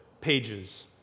pages